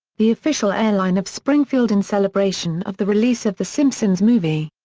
the official airline of springfield in celebration of the release of the simpsons movie.